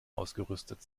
ausgerüstet